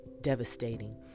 devastating